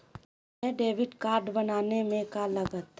हमें debit card बनाने में का लागत?